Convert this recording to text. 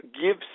give